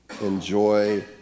enjoy